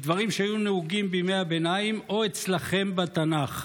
מדברים שהיו נהוגים בימי הביניים או אצלכם בתנ"ך,